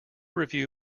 review